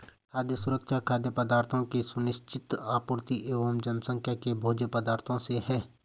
खाद्य सुरक्षा खाद्य पदार्थों की सुनिश्चित आपूर्ति एवं जनसामान्य के भोज्य पदार्थों से है